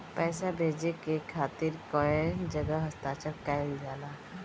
पैसा भेजे के खातिर कै जगह हस्ताक्षर कैइल जाला?